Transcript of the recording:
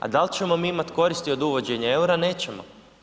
A da li ćemo mi imati koristi od uvođenja eura, nećemo.